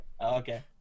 okay